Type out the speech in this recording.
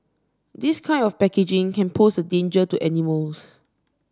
this kind of packaging can pose a danger to animals